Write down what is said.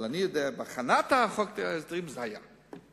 אני יודע שבהכנת חוק ההסדרים זה היה.